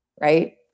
right